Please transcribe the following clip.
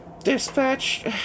Dispatch